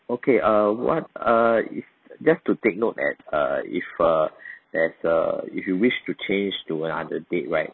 okay uh what uh if just to take note at uh if uh there's a if you wish to change to another date right